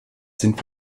sind